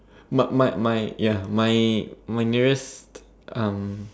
my my my ya my my nearest um